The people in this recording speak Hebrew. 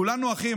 כולנו אחים.